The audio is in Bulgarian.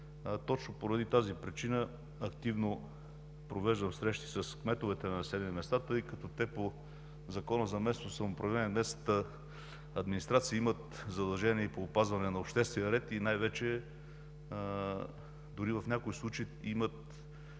Точно поради тази причина активно провеждам срещи с кметовете на населени места, тъй като те по Закона за местното самоуправление и местната администрация имат задължения по опазване на обществения ред, дори в някои случаи имат